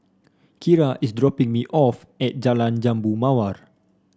Kira is dropping me off at Jalan Jambu Mawar